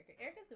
Erica